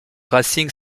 racing